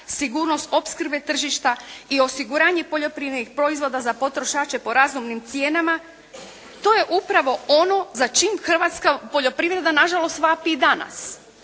sigurnost opskrbe tržišta i osiguranje poljoprivrednih proizvoda za potrošače po razumnim cijenama to je upravo ono za čim hrvatska poljoprivreda nažalost vapi i danas.